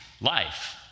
life